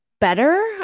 better